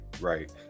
right